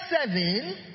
seven